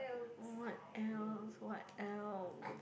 what else what else